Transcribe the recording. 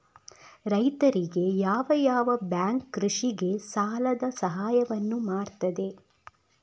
ರೈತರಿಗೆ ಯಾವ ಯಾವ ಬ್ಯಾಂಕ್ ಕೃಷಿಗೆ ಸಾಲದ ಸಹಾಯವನ್ನು ಮಾಡ್ತದೆ?